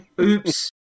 Oops